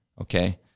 Okay